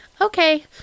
Okay